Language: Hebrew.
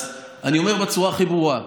אז אני אומר בצורה הכי ברורה.